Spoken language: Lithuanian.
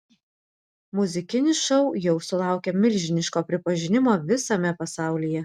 muzikinis šou jau sulaukė milžiniško pripažinimo visame pasaulyje